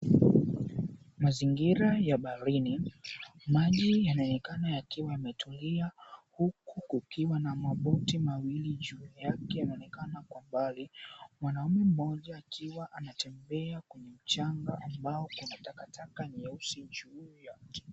Mazingira ya baharini. Maji yanaonekana yakiwa yametulia huku kukiwa na maboti mawili juu yake yanaonekana kwa mbali. Mwanamume mmoja akiwa anatembea kwenye mchanga ambao una takataka ni nyeusi juu yake.